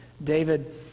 David